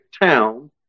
town